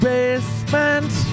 Basement